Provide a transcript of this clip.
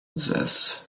zes